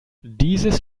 dieses